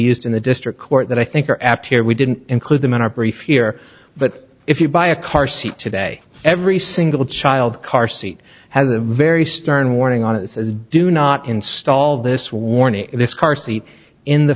used in the district court that i think are apt here we didn't include them in our brief here but if you buy a car seat today every single child car seat has a very stern warning on it's do not install this warning this car seat in the